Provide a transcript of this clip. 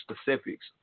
Specifics